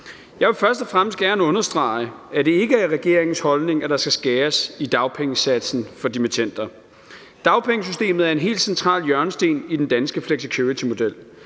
Jeg vil først og fremmest gerne understrege, at det ikke er regeringens holdning, at der skal skæres i dagpengesatsen for dimittender. Dagpengesystemet er en helt central hjørnesten i den danske flexicuritymodel.